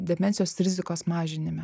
demencijos rizikos mažinime